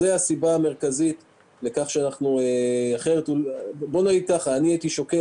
זאת הסיבה המרכזית ואני הייתי שוקל